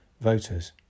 voters